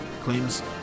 claims